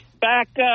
Backup